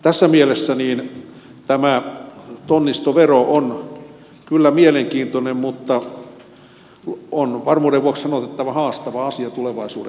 tässä mielessä tämä tonnistovero on kyllä mielenkiintoinen mutta on varmuuden vuoksi sanottava että tämä on haastava asia tulevaisuuden kannalta